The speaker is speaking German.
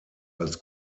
als